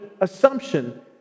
assumption